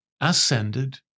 Ascended